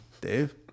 Dave